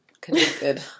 connected